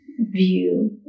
view